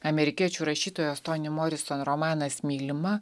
amerikiečių rašytojos toni morison romanas mylima